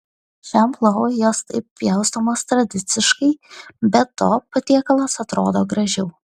šiam plovui jos taip pjaustomos tradiciškai be to patiekalas atrodo gražiau